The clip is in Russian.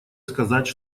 сказать